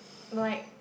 like